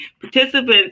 participants